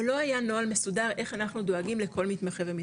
אבל לא היה נוהל מסודר איך אנחנו דואגים לכל מתמחה ומתמחה.